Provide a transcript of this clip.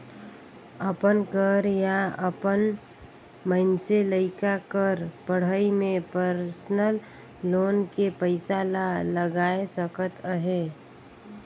अपन कर या अपन मइनसे लइका कर पढ़ई में परसनल लोन के पइसा ला लगाए सकत अहे